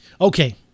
Okay